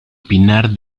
pinar